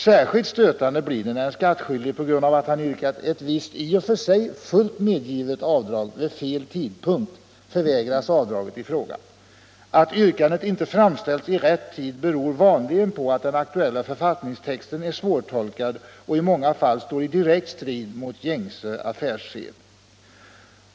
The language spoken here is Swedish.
Särskilt stötande blir det när en skattskyldig på grund av att han yrkat ett i och för sig medgivet avdrag vid fel tidpunkt förvägras avdraget i fråga. Att yrkandet inte framställs vid rätt tid beror vanligen på att den aktuella författningstexten är svårtolkad och i många fall står i direkt strid mot gängse affärssed.